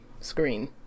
screen